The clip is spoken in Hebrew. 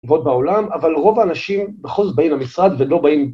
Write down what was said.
ועוד בעולם, אבל רוב האנשים בכל זאת באים למשרד ולא באים...